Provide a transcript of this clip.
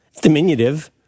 diminutive